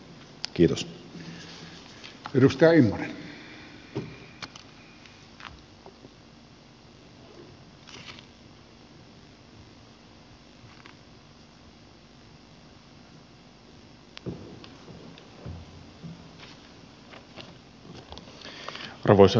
arvoisa herra puhemies